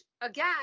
again